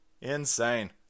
Insane